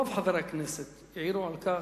שרוב חברי הכנסת העירו עליהם,